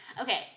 Okay